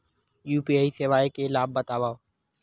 UPI सेवाएं के लाभ बतावव?